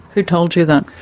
who told you that?